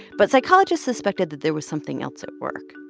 but psychologists suspected that there was something else at work,